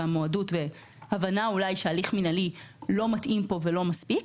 המועדות וההבנה שהליך מינהלי לא מתאים פה ולא מספיק.